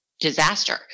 disaster